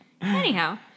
Anyhow